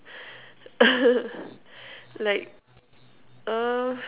like uh